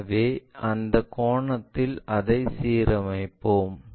எனவே அந்த கோணத்தில் அதை சீரமைப்போம்